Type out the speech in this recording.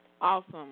Awesome